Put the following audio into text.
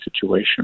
situation